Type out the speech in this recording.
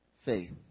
faith